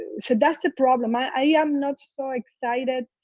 so and so problem. i am not so excited.